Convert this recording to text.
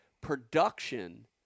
production